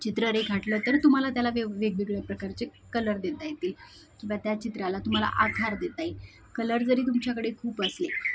चित्र रेखाटलं तर तुम्हाला त्याला वेग वेगवेगळ्या प्रकारचे कलर देता येतील किंवा त्या चित्राला तुम्हाला आकार देता येईल कलर जरी तुमच्याकडे खूप असले